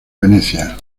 venecia